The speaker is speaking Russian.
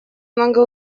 много